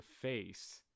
face